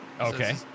Okay